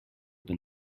been